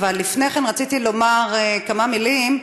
אבל לפני כן רציתי לומר כמה מילים.